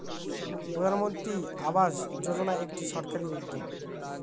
প্রধানমন্ত্রী আবাস যোজনা একটি সরকারি উদ্যোগ